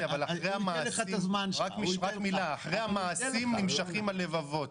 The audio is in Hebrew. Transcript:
מיקי, אבל אחרי המעשים נמשכים הלבבות.